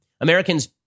Americans